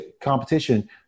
competition